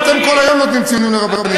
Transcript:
אתם כל היום נותנים ציונים לרבנים,